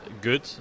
good